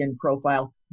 profile